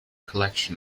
collection